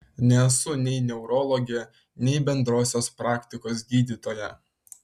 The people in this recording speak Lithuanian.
nesu nei neurologė nei bendrosios praktikos gydytoja